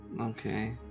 Okay